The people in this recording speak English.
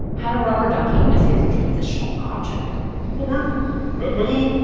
had a rubber ducky as his transitional object but but money